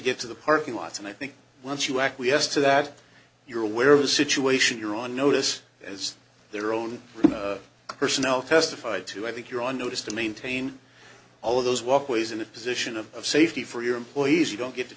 get to the parking lot and i think once you acquiesce to that you're aware of the situation you're on notice as their own personnel testified to i think you're on notice to maintain all of those walkways in a position of safety for your employees you don't get to